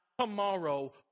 tomorrow